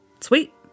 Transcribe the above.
sweet